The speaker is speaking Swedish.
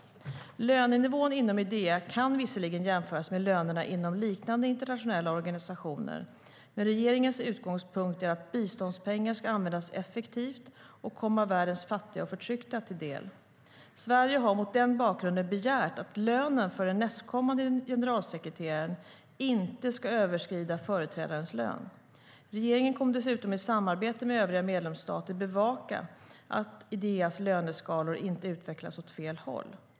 Lönenivån inom Idea kan visserligen jämföras med lönerna inom liknande internationella organisationer, men regeringens utgångspunkt är att biståndspengar ska användas effektivt och komma världens fattiga och förtryckta till del. Sverige har mot den bakgrunden begärt att lönen för den nästkommande generalsekreteraren inte ska överskrida företrädarens lön. Regeringen kommer dessutom i samarbete med övriga medlemsstater att bevaka att Ideas löneskalor inte utvecklas åt fel håll.